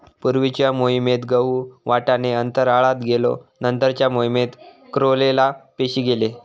पूर्वीच्या मोहिमेत गहु, वाटाणो अंतराळात गेलो नंतरच्या मोहिमेत क्लोरेला पेशी गेले